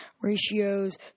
ratios